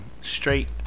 Straight